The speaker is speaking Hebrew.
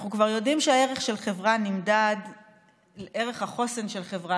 אנחנו כבר יודעים שערך החוסן של חברה